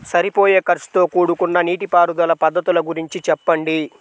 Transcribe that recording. సరిపోయే ఖర్చుతో కూడుకున్న నీటిపారుదల పద్ధతుల గురించి చెప్పండి?